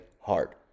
hard